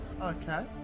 Okay